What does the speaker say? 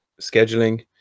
scheduling